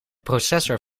processor